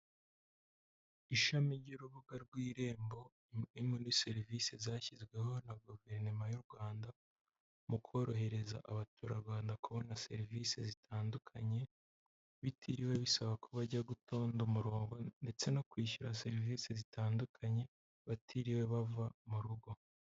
Ishami ry'urubuga rw'irembo muri serivisi zashyizweho na guverinoma y'u rwanda mu korohereza abaturarwanda kubona serivisi zitandukanye bitiriwe bisaba ko bajya gutonda umurongo ndetse no kwishyura serivisi zitandukanye batiriwe bava mu rugo.